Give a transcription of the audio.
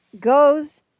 goes